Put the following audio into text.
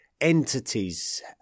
entities